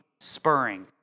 spurring